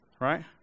Right